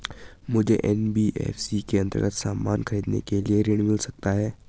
मुझे एन.बी.एफ.सी के अन्तर्गत सामान खरीदने के लिए ऋण मिल सकता है?